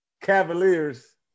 Cavaliers